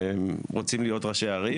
רוצים להיות ראשי ערים.